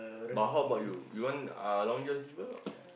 but how about you you want uh Long-John-Silver or